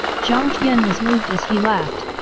jiang tian was moved as he laughed,